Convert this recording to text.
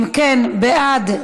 אם כן, בעד,